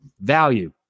Value